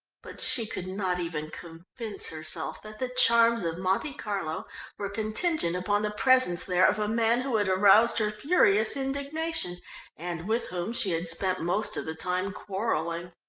but she could not even convince herself that the charms of monte carlo were contingent upon the presence there of a man who had aroused her furious indignation and with whom she had spent most of the time quarrelling.